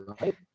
right